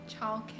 childcare